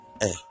hey